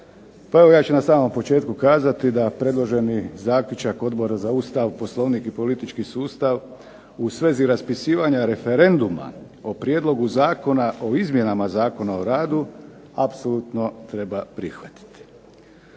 Pa evo ja ću na samom početku kazati da predloženi zaključak Odbora za Ustav, Poslovnik i politički sustav u svezi raspisivanja referenduma o prijedlogu Zakona o izmjenama Zakona o radu apsolutno treba prihvatiti.